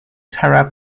cara